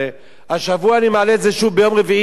השבוע אני מעלה את זה שוב ביום רביעי לוועדה,